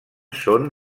són